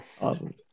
Awesome